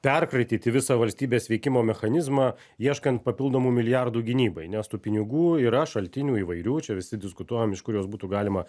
perkratyti visą valstybės veikimo mechanizmą ieškant papildomų milijardų gynybai nes tų pinigų yra šaltinių įvairių čia visi diskutuojam iš kur juos būtų galima